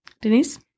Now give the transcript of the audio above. Denise